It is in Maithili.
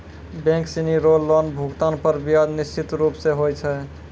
बैक सिनी रो लोन भुगतान पर ब्याज निश्चित रूप स होय छै